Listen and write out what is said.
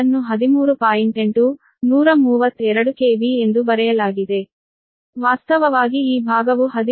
8 132 KV ಎಂದು ಬರೆಯಲಾಗಿದೆ ವಾಸ್ತವವಾಗಿ ಈ ಭಾಗವು 13